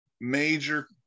major